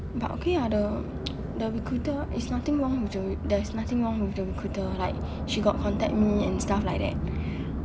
but okay ah the the recruiter it's nothing wrong with the there is nothing wrong with the recruiter like she got contact me and stuff like that